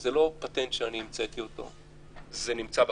זה לא פטנט שאני המצאתי, זה נמצא בכנסת.